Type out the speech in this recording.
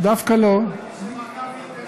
מאוד מאכזב.